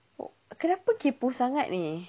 wha~ kenapa kaypoh sangat eh